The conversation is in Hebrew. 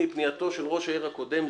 מפנייתו של ראש העיר הקודם,